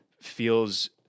feels